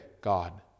God